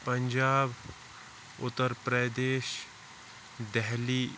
Punjab Uttar Pradesh Delhi